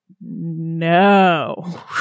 no